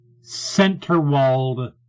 center-walled